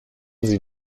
sie